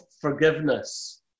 forgiveness